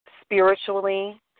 spiritually